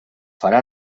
farà